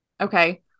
Okay